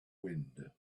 wind